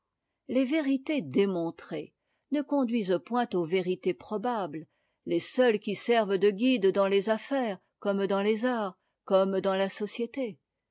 les vérités démontrées ne conduisent point aux vérités probables les seules qui servent de guide dans les affaires comme dans les arts comme dans la société